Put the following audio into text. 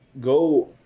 go